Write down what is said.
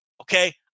Okay